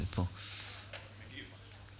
אנחנו מסירים את ההסתייגויות.